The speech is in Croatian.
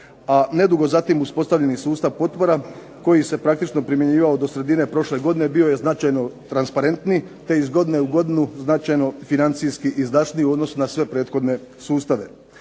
a nedugo zatim uspostavljeni sustav potpora koji se praktično primjenjivao do sredine prošle godine bio je značajno transparentniji te iz godine u godinu značajno financijski izdašniji u odnosu na sve prethodne sustavu.